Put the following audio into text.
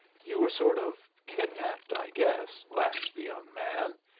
you were sort of kidnapped, i guess, laughed the young man.